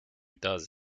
does